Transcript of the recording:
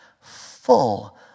full